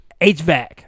HVAC